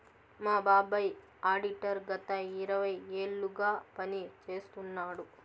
మా బాబాయ్ ఆడిటర్ గత ఇరవై ఏళ్లుగా పని చేస్తున్నాడు